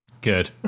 Good